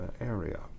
area